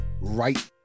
right